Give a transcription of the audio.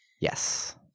Yes